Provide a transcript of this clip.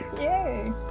Yay